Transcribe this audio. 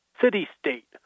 city-state